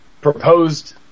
proposed